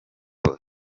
hose